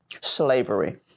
Slavery